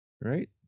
right